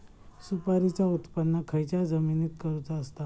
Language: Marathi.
सुपारीचा उत्त्पन खयच्या जमिनीत करूचा असता?